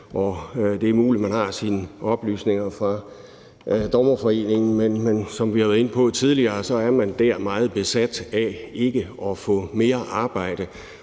Det er muligt, at man har sine oplysninger fra Dommerforeningen, men som vi har været inde på tidligere, så er man dér meget besat af ikke at få mere arbejde.